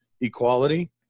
equality